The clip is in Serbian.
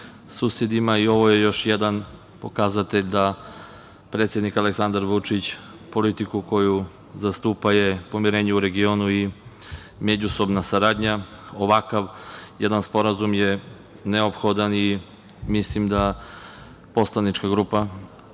susedima i ovo je još jedan pokazatelj da predsednik Aleksandar Vučić zastupa politiku pomirenja u regionu i međusobna saradnja. Ovakav jedan sporazum je neophodan i mislim da će poslanička grupa